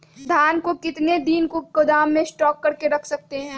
धान को कितने दिन को गोदाम में स्टॉक करके रख सकते हैँ?